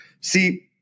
See